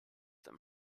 them